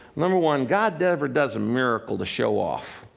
number one, god never does a miracle to show off.